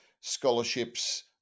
scholarships